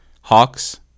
Hawks